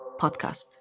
podcast